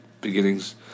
beginnings